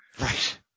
Right